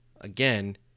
again